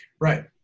Right